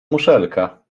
muszelka